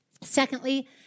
secondly